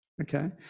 okay